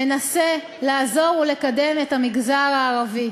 מנסה לעזור ולקדם את המגזר הערבי.